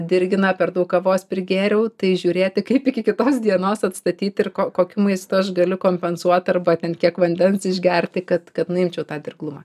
dirgina per daug kavos prigėriau tai žiūrėti kaip iki kitos dienos atstatyti ir ko kokiu maistas gali kompensuot arba ten kiek vandens išgerti kad kad nuimčiau tą dirglumą